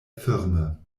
firme